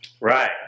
Right